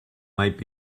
might